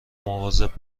مواظب